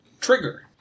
Trigger